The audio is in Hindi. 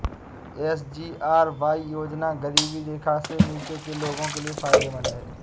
एस.जी.आर.वाई योजना गरीबी रेखा से नीचे के लोगों के लिए फायदेमंद है